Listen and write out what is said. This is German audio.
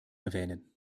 erwähnen